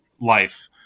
life